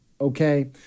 okay